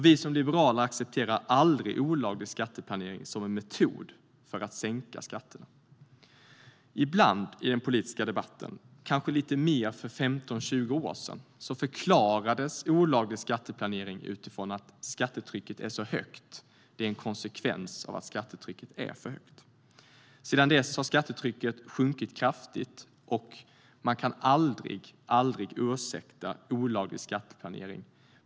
Vi som liberaler accepterar aldrig olaglig skatteplanering som en metod för att sänka skatterna. I den politiska debatten har olaglig skatteplanering ibland - kanske lite oftare för 15-20 år sedan - förklarats utifrån att skattetrycket är så högt, att det är en konsekvens av att skattetrycket är för högt. Sedan dess har dock skattetrycket sjunkit kraftigt, och man kan aldrig ursäkta olaglig skatteplanering.